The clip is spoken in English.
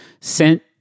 sent